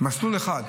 מסלול אחד,